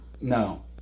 No